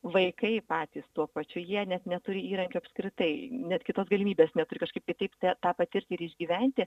vaikai patys tuo pačiu jie net neturi įrankių apskritai net kitos galimybės neturi kažkaip kitaip tą patirti ir išgyventi